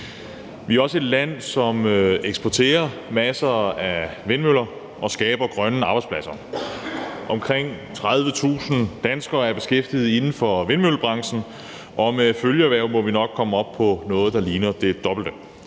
Vi er også et land, som eksporterer masser af vindmøller, og som skaber grønne arbejdspladser. Omkring 30.000 danskere er beskæftigede inden for vindmøllebranchen, og med følgeerhverv må vi nok komme op på noget, der ligner det dobbelte.